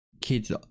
kids